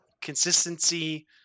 consistency